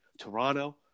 Toronto